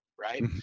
Right